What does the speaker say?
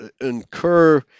incur